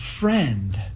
friend